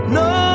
no